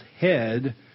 head